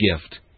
gift